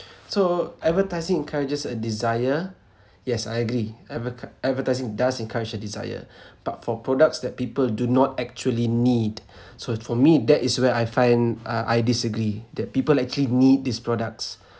so advertising encourages a desire yes I agree adver~ advertising does encourage a desire but for products that people do not actually need so for me that is where I find uh I disagree that people actually need these products